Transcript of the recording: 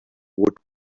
would